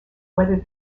whether